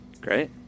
Great